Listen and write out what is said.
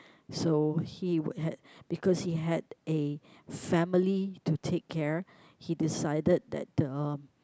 so he would had because he had a family to take care he decided that uh